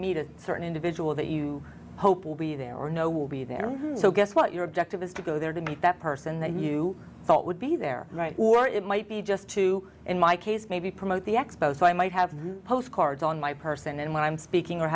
meet a certain individual that you hope will be there or know will be there so guess what your objective is to go there to meet that person that you thought would be there right or it might be just to in my case maybe promote the expo so i might have postcards on my person and when i'm speaking or